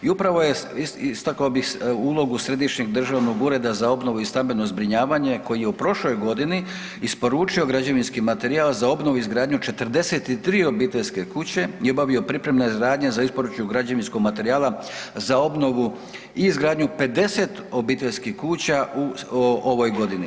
I upravo bih istaknuo ulogu Središnjeg državnog ureda za obnovu i stambeno zbrinjavanje koji je u prošloj godini isporučio građevinski materijal za obnovi i izgradnju 43 obiteljske kuće i obavio pripremne radnje za isporuku građevinskog materijala za obnovu i izgradnju 50 obiteljskih kuća u ovoj godini.